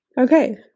Okay